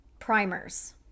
primers